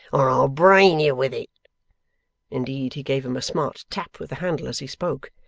or i'll brain you with it' indeed he gave him a smart tap with the handle as he spoke.